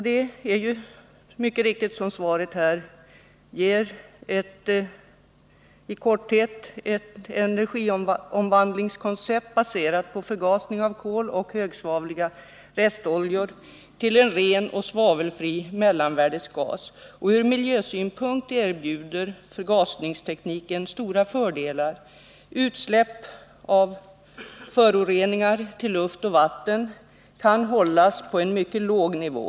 Det gäller, såsom svaret här anger, i korthet ett energiomvandlingskoncept baserat på förgasning av kol och högsvavliga restoljor till ren och svavelfri mellanvärdesgas. Ur miljösynpunkt erbjuder förgasningstekniken stora fördelar. Utsläpp av föroreningar till luft och vatten kan hållas på en mycket låg nivå.